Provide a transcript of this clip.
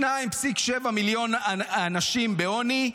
2.7 מיליון אנשים בעוני,